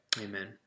Amen